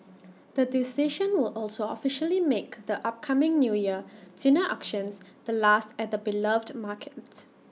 the decision will also officially make the upcoming New Year tuna auctions the last at the beloved markets